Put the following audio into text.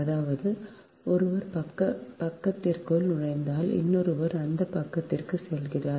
அதாவது ஒருவர் பக்கத்திற்குள் நுழைந்தால் இன்னொருவர் அந்தப் பக்கத்திற்குச் செல்கிறார்